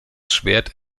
schwert